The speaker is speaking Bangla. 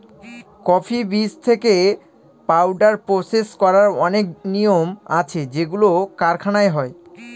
কফি বীজ থেকে পাউডার প্রসেস করার অনেক নিয়ম আছে যেগুলো কারখানায় হয়